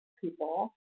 people